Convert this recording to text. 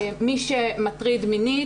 מי שמטריד מינית,